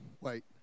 wait